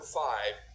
five